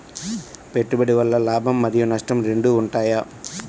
పెట్టుబడి వల్ల లాభం మరియు నష్టం రెండు ఉంటాయా?